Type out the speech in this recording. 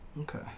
Okay